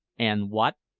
and what,